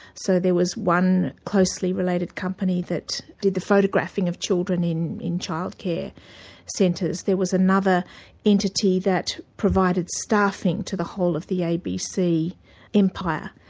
so there was one closely related company that did the photographing of children in in child care centres. there was another entity that provided staffing to the whole of the abc empire.